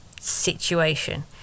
situation